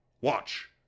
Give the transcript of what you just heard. Watch